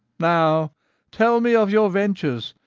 now tell me of your ventures,